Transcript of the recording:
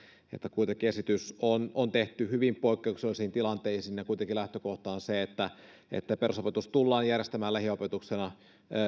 kuitenkin esitys on on tehty hyvin poikkeuksellisiin tilanteisiin ja kuitenkin lähtökohta on se että että perusopetus tullaan järjestämään lähiopetuksena